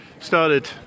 started